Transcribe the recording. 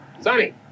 Sonny